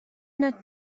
not